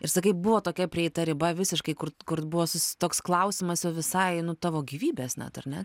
ir sakai buvo tokia prieita riba visiškai kur kur buvo susi toks klausimas jau visai nu tavo gyvybės net ar ne